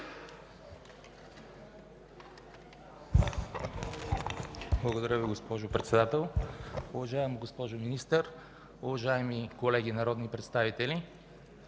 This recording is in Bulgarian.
Уважаема госпожо Председател, уважаема госпожо Министър, уважаеми колеги народни представители!